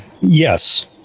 Yes